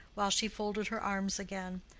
while she folded her arms again.